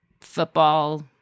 football